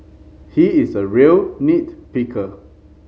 he is a real nit picker